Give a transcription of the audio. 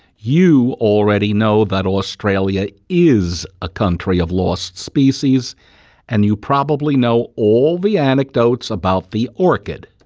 you already know that australia is a country of lost species and you probably know all the anecdotes about the orchid,